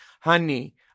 Honey